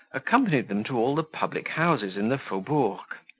accompanied them to all the public-houses in the faubourg,